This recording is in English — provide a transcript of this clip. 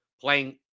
playing